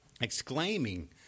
exclaiming